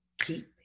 keep